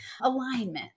Alignment